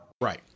right